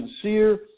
sincere